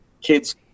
kids